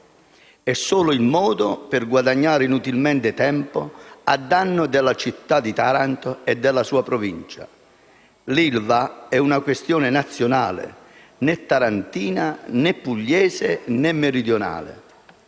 È solo il modo per guadagnare inutilmente tempo a danno della città di Taranto e della sua Provincia. L'ILVA è una questione nazionale: non è tarantina né pugliese né meridionale,